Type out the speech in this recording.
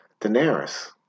Daenerys